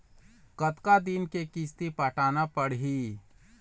कतका दिन के किस्त पटाना पड़ही?